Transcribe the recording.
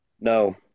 No